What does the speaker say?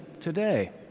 today